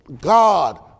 God